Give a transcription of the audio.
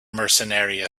mercenary